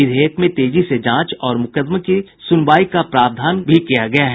विधेयक में तेजी से जांच और मुकदमे की सुनवाई का प्रावधान भी किया गया है